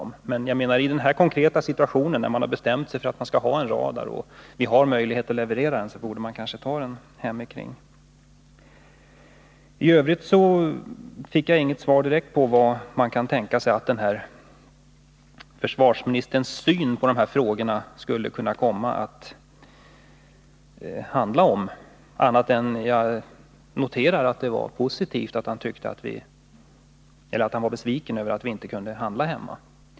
Men i den här konkreta situationen, när man har bestämt sig för att ha radar och ett svenskt företag har möjligheter att leverera systemet, borde man kanske ändå ha sett till att ordern hade hamnat här hemma. Jag fick inget svar på min fråga om försvarsministerns syn på framtida försvarsindustriella frågor. Jag noterar det emellertid som positivt att han var besviken över att vi inte kunde handla hemma.